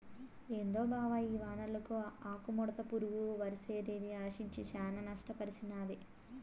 ఏందో బావ ఈ వానలకు ఆకుముడత పురుగు వరిసేన్ని ఆశించి శానా నష్టపర్సినాది